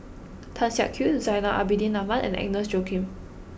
Tan Siak Kew Zainal Abidin Ahmad and Agnes Joaquim